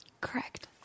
Correct